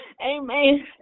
Amen